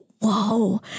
Whoa